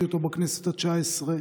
הכרתי אותו בכנסת התשע-עשרה,